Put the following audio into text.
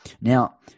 Now